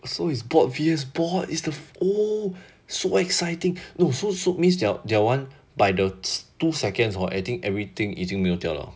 so is bot V_S bot is the oh so exciting no so so means your your one by the two seconds I think everything 就没有掉 liao